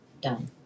Done